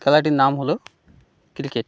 খেলাটির নাম হলো ক্রিকেট